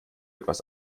etwas